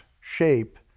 shape